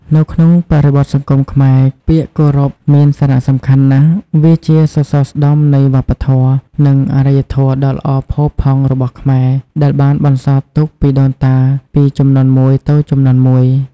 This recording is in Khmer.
នៅក្នុងបរិបទសង្គមខ្មែរ ពាក្យគោរពមានសារៈសំខាន់ណាស់ វាជាសសរស្តម្ភនៃវប្បធម៌ និងអរិយធម៌ដ៏ល្អផូរផង់របស់ខ្មែរ ដែលបានបន្សល់ទុកពីដូនតាពីជំនាន់មួយទៅជំនាន់មួយ។